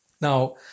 now